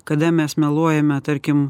kada mes meluojame tarkim